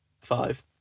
Five